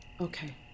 Okay